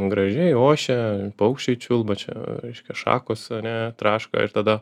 gražiai ošia paukščiai čiulba čia reiškia šakos ane traška ir tada